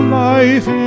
life